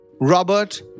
Robert